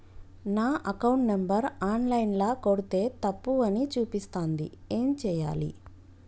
నా account number online ల కొడ్తే తప్పు అని చూపిస్తాంది ఏం చేయాలి?